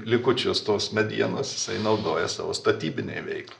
likučius tos medienos jisai naudoja savo statybinei veikl